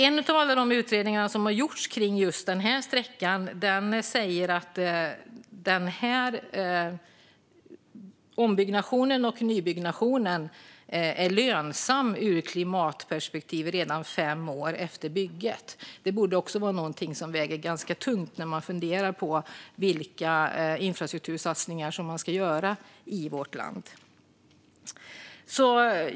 En av alla de utredningar som har gjorts av denna sträcka säger att den här ombyggnationen och nybyggnationen är lönsam ur klimatperspektiv redan fem år efter bygget. Det borde också vara någonting som väger ganska tungt när man funderar på vilka infrastruktursatsningar som man ska göra i vårt land. Fru talman!